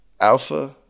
Alpha